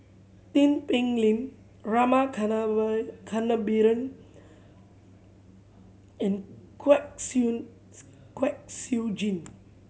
Tin Pei Ling Rama Kannabiran and Kwek Siew Kwek Siew Jin